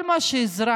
כל מה שאזרח